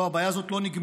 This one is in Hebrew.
לא, הבעיה הזאת לא נגמרה.